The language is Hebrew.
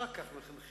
רק כך מחנכים.